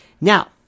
Now